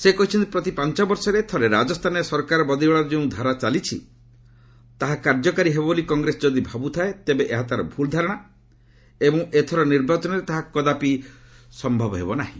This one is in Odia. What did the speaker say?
ସେ କହିଛନ୍ତି ପ୍ରତି ପାଞ୍ଚବର୍ଷରେ ଥରେ ରାଜସ୍ଥାନରେ ସରକାର ବଦଳିବାର ଯେଉଁ ଧାରା ଚାଲିଛି ତାହା କାର୍ଯ୍ୟକାରୀ ହେବ ବୋଲି କଂଗ୍ରେସ ଯଦି ଭାବ୍ରଥାଏ ତେବେ ଏହା ତାର ଭୁଲ୍ ଧାରଣା ଏବଂ ଏଥର ନିର୍ବାଚନରେ ତାହା କଦାପି ହେବ ନାହିଁ